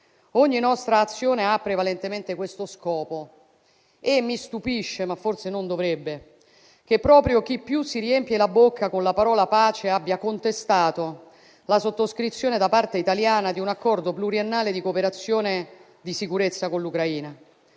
Ogni nostra azione ha prevalentemente questo scopo e mi stupisce - ma forse non dovrebbe - che proprio chi più si riempie la bocca con la parola «pace» abbia contestato la sottoscrizione da parte italiana di un accordo pluriennale di cooperazione e di sicurezza con l'Ucraina.